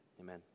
Amen